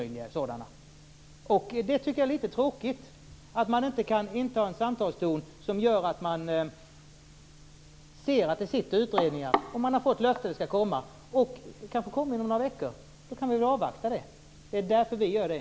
Jag tycker att det är litet tråkigt att man inte kan inta en samtalston som gör att man ser att det pågår utredningar, om man har fått löfte om att det skall komma en utredning. Den kanske kommer om några veckor. Då kan vi väl avvakta det. Det är därför vi gör det.